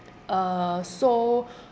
uh so